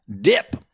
Dip